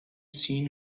seen